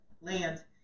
land